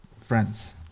friends